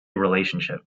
relationship